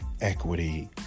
equity